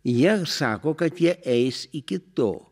jie sako kad jie eis iki to